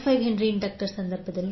5 henry ಇಂಡಕ್ಟರ್ನ ಸಂದರ್ಭದಲ್ಲಿ ನೀವು 0